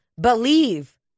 believe